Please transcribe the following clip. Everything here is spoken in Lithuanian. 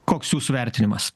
koks jūsų vertinimas